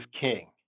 king